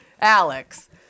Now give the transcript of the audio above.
Alex